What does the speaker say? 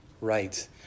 right